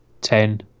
ten